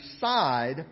side